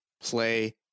play